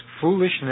Foolishness